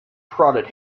prodded